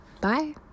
Bye